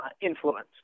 influence